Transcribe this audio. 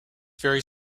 very